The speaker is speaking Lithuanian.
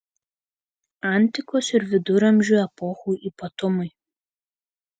antikos ir viduramžių epochų ypatumai